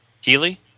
healy